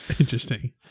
interesting